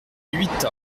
huit